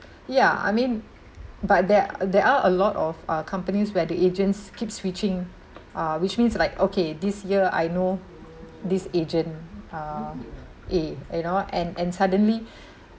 yeah I mean but ther~ there are a lot of uh companies where the agents keep switching uh which means like okay this year I know this agent uh A you know and and suddenly